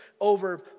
over